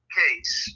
case